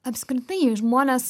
apskritai jei žmonės